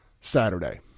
Saturday